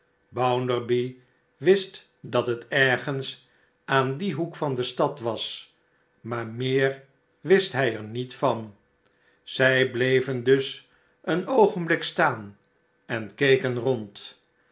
wist dat het ergens aan dien hoek van de stad was maar meer wist hij er niet van zij bleven dus eenoogenblik staan en keken rond